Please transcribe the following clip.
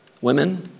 Women